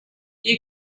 you